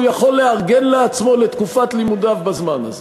יכול לארגן לעצמו לתקופת לימודיו בזמן הזה.